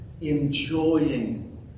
enjoying